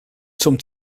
zum